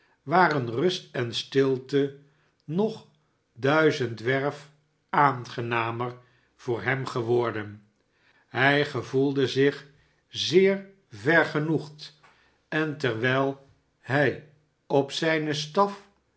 waren rust en stilte nog duizendwerf aangenamervoor hem geworden hij gevoelde zich zeer vergenoegd en terwijl hij op zijn staf